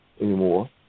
anymore